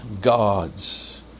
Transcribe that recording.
gods